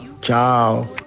Ciao